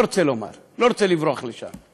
לא רוצה לומר, לא רוצה לברוח לשם.